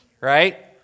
right